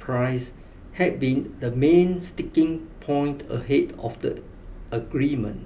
price had been the main sticking point ahead of the agreement